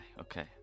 okay